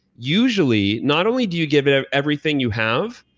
usually not only do you give it ah everything you have,